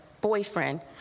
boyfriend